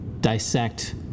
dissect